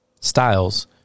styles